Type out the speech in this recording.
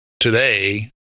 today